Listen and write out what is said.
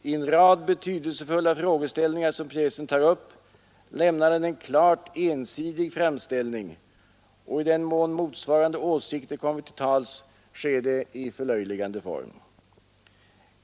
I en rad betydelsefulla frågeställningar som pjäsen tar upp lämnar den en klart ensidig framställning och i den mån motsvarande åsikter kommer till tals sker det i förlöjligande form.